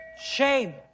Shame